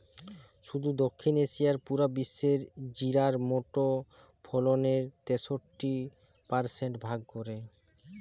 শুধু দক্ষিণ এশিয়াই পুরা বিশ্বের জিরার মোট ফলনের তেষট্টি পারসেন্ট ভাগ করে